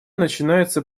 начинается